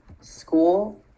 school